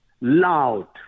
loud